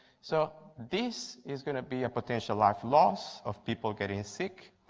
so this is going to be a potential life lost of people getting sick,